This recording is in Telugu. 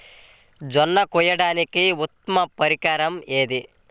జొన్న కోయడానికి ఉత్తమ పరికరం ఏది?